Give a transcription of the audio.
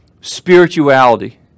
spirituality